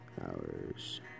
hours